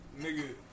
Nigga